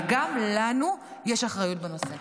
אבל גם לנו יש אחריות בנושא.